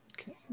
okay